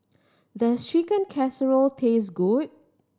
does Chicken Casserole taste good